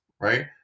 right